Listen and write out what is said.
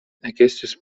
ekestis